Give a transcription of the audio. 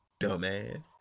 Dumbass